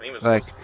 like-